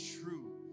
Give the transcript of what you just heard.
true